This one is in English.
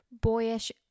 boyish